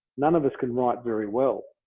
none of us can write very well,